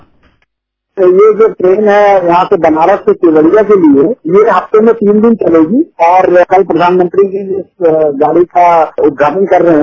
bite ये जो train है यहां से बनारस से केवड़िया के लिए यह हफ्ते में तीन दिन चलेगी और कल प्रधानमंत्री जी इस गाड़ी का उद्घाटन कर रहे हैं